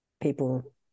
people